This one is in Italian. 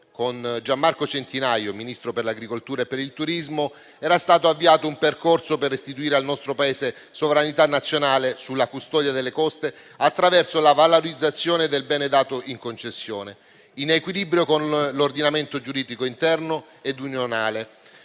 con Gian Marco Centinaio Ministro delle politiche agricole alimentari, forestali e del turismo, era stato avviato un percorso per restituire al nostro Paese sovranità nazionale sulla custodia delle coste attraverso la valorizzazione del bene dato in concessione, in equilibrio con l'ordinamento giuridico interno e unionale,